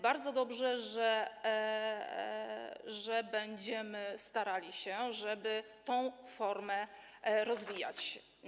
Bardzo dobrze, że będziemy starali się, żeby tę formę rozwijać.